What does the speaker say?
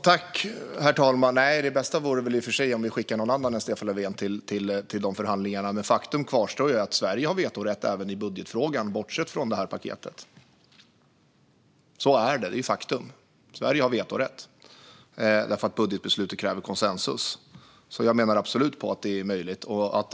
Herr talman! Nej, det bästa vore väl i och för sig om vi skickade någon annan än Stefan Löfven till de förhandlingarna. Men faktum kvarstår: Sverige har vetorätt även i budgetfrågan, bortsett från det här paketet. Budgetbeslutet kräver nämligen konsensus. Jag menar alltså absolut att det är möjligt.